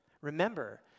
Remember